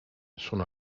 sono